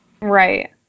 Right